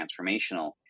transformational